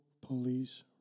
Police